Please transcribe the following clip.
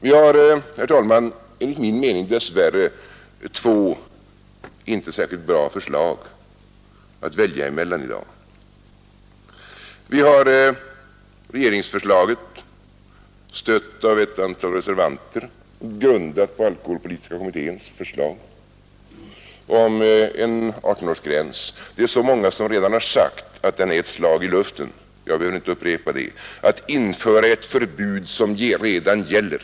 Vi har, herr talman, enligt min mening dess värre två inte särskilt bra förslag att välja mellan i dag. Vi har regeringsförslaget, stött av ett antal reservanter och grundat på alkoholpolitiska kommitténs förslag om en 18-årsgräns. Många har redan sagt att det är ett slag i luften att införa ett förbud som redan gäller.